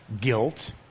guilt